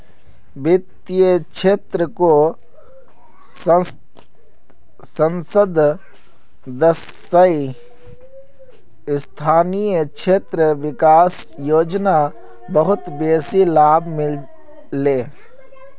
वित्तेर क्षेत्रको संसद सदस्य स्थानीय क्षेत्र विकास योजना बहुत बेसी लाभ मिल ले